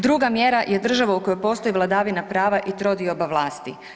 Druga mjera je država u kojoj postoji vladavina prava i trodioba vlasti.